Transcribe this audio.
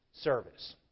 service